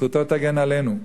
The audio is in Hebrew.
זכותו תגן עלינו: